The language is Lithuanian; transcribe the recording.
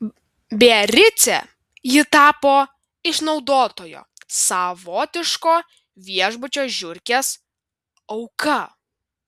biarice ji tapo išnaudotojo savotiško viešbučio žiurkės auka